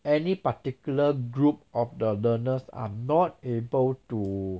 any particular group of the donors are not able to